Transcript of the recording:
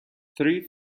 three